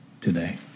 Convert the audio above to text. today